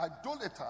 idolater